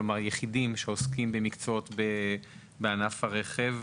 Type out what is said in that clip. כלומר, יחידים שעוסקים במקצועות בענף הרכב.